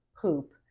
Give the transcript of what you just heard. poop